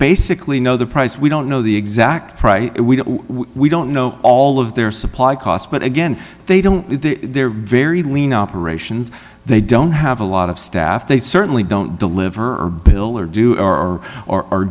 basically know the price we don't know the exact price we don't know all of their supply costs but again they don't they're very lean operations they don't have a lot of staff they certainly don't deliver or bill or do or